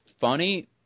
funny